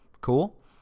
Cool